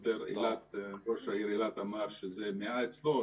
ראש העיר אילת אמר ש-100 אצלו,